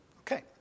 Okay